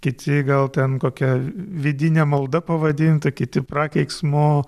kiti gal ten kokia vidine malda pavadintų kiti prakeiksmu